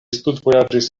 studvojaĝis